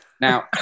Now